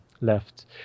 left